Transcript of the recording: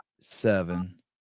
seven